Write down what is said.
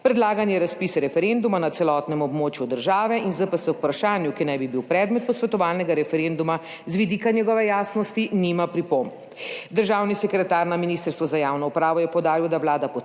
Predlagan je razpis referenduma na celotnem območju države in ZPS k vprašanju, ki naj bi bil predmet posvetovalnega referenduma, z vidika njegove jasnosti nima pripomb. Državni sekretar na Ministrstvu za javno upravo je poudaril, da Vlada podpira